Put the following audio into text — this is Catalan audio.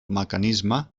mecanisme